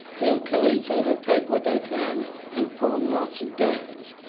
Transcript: they'll kill each other, take what they can and form lots of gangs.